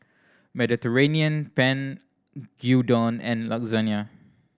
Mediterranean Penne Gyudon and Lasagne